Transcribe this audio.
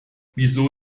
wieso